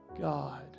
God